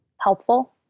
helpful